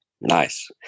nice